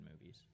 movies